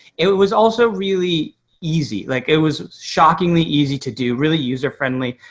it was also really easy. like it was shockingly easy to do, really user friendly.